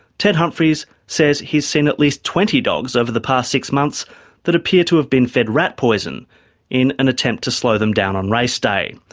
ted humphries says he's seen at least twenty dogs over the past six months that appear to have been fed rat poison in an attempt to slow them down on race day.